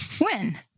When